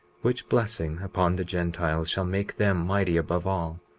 which blessing upon the gentiles shall make them mighty above all,